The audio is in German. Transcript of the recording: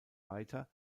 weiter